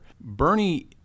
Bernie